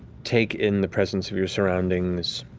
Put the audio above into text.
take in the presence of your surroundings.